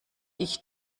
ich